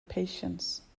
patience